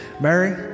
Mary